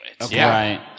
Okay